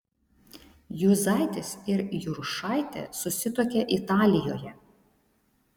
juzaitis ir juršaitė susituokė italijoje